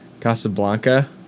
Casablanca